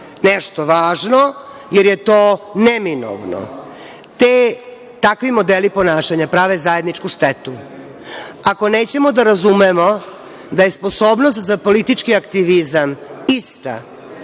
nešto važno, jer je to neminovno, takvi modeli ponašanja prave zajedničku štetu. Ako nećemo da razumemo da je sposobnost za politički aktivizam ista